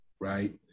right